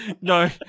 no